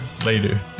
Later